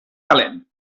calent